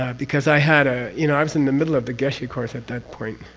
ah because i had a. you know, i was in the middle of the geshe course at that point,